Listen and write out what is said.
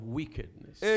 wickedness